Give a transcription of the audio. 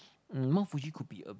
um Mount-Fuji could be a